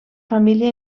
família